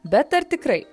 bet ar tikrai